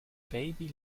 baby